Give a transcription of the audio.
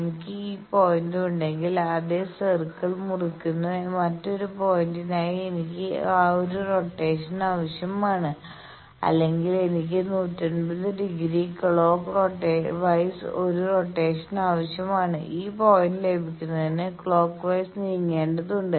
എനിക്ക് ഈ പോയിന്റ് ഉണ്ടെങ്കിൽ അതേ സർക്കിൾ മുറിക്കുന്ന മറ്റൊരു പോയിന്റിനായി എനിക്ക് ഒരു റോറ്റേഷൻ ആവശ്യമാണ് അല്ലെങ്കിൽ എനിക്ക് 180 ഡിഗ്രി ക്ലോക്ക് വൈസ് ഒരു റോറ്റേഷൻ ആവശ്യമാണ് ഈ പോയിന്റ് ലഭിക്കുന്നതിന് ക്ലോക്ക് വൈസ് നിങ്ങേണ്ടതുണ്ട്